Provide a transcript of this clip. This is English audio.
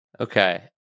Okay